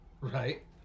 Right